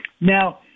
Now